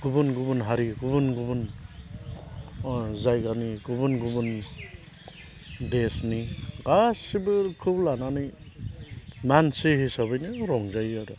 गुबुन गुबुन हारि गुबुन गुबुन जायगानि गुबुन गुबुन देसनि गासिबोखौ लानानै मानसि हिसाबैनो रंजायो आरो